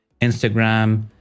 Instagram